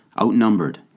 outnumbered